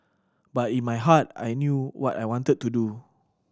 but in my heart I knew what I wanted to do